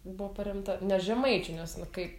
buvo paremta ne žemaičių nes nu kaip